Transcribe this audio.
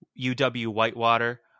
UW-Whitewater